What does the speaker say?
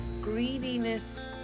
greediness